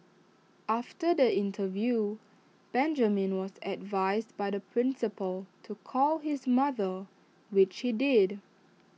after the interview Benjamin was advised by the principal to call his mother which he did